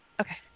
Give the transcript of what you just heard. okay